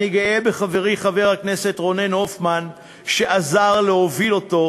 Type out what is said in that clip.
אני גאה בחברי חבר הכנסת רונן הופמן שעזר להוביל אותו.